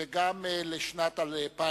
וגם לשנת 2010,